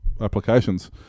applications